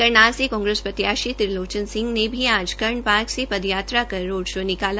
करनाल से कांग्रेस प्रत्याशी तिरलोचन सिंह ने भी आज कर्ण पार्क से पद यात्रा पर रोड शो निकाला